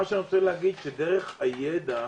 מה שאני רוצה להגיד שדרך הידע,